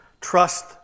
Trust